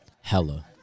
Hella